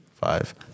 Five